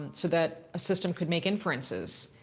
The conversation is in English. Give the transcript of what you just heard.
and so that a system could make inferences,